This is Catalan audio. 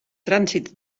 trànsit